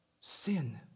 sin